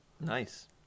Nice